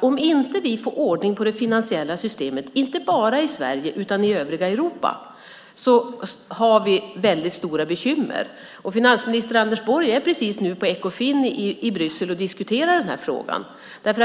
Om vi inte får ordning på det finansiella systemet inte bara i Sverige utan också i övriga Europa har vi väldigt stora bekymmer. Finansminister Anders Borg är precis nu på Ekofin i Bryssel och diskuterar den frågan.